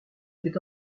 était